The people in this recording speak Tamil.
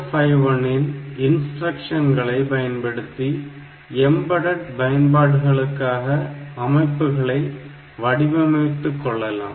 8051 இன் இன்ஸ்டிரக்ஷன்களை பயன்படுத்தி எம்பெடட் பயன்பாடுகளுக்காக அமைப்புகளை வடிவமைத்துக் கொள்ளலாம்